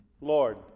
Lord